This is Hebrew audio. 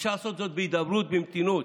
אפשר לעשות זאת בהידברות, במתינות.